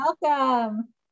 Welcome